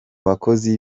bakozi